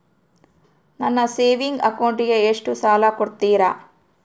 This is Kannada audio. ನನ್ನ ಸೇವಿಂಗ್ ಅಕೌಂಟಿಗೆ ಎಷ್ಟು ಸಾಲ ಕೊಡ್ತಾರ?